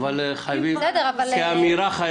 כאמירה,